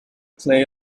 play